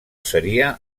seria